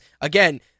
Again